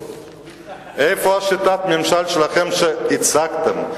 איפה שיטת הממשל שלכם, שהצגתם?